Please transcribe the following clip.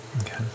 Okay